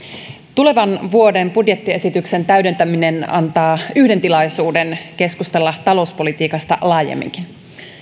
tulevan vuoden budjettiesityksen täydentäminen antaa yhden tilaisuuden keskustella talouspolitiikasta laajemminkin